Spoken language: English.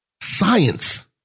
science